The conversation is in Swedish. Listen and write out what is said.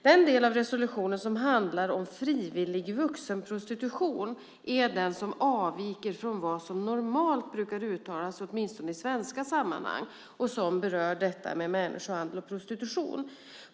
Den del av resolutionen som handlar om frivillig vuxenprostitution avviker däremot från det som normalt brukar uttalas, åtminstone i svenska sammanhang, och berör människohandel och prostitution.